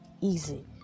easy